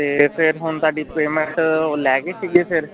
ਅਤੇ ਫਿਰ ਹੁਣ ਤੁਹਾਡੀ ਪੇਮੈਂਟ ਉਹ ਲੈ ਗਏ ਸੀਗੇ ਫਿਰ